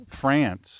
France